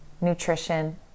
nutrition